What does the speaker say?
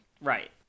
Right